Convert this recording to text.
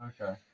Okay